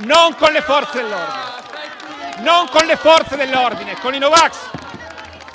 Non con le Forze dell'ordine! Non con le Forze dell'ordine, ma con i no vax!